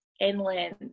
Inland